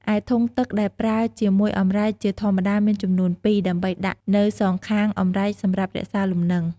ឯធុងទឹកដែលប្រើជាមួយអម្រែកជាធម្មតាមានចំនួនពីរ ដើម្បីដាក់នៅសងខាងអម្រែកសម្រាប់រក្សាលំនឹង។